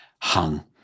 hung